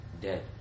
dead